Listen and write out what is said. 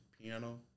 piano